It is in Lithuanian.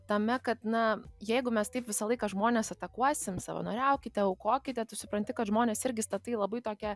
tame kad na jeigu mes taip visą laiką žmones atakuosim savanoriaukite aukokite tu supranti kad žmones irgi statai į labai tokią